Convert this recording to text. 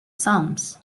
sums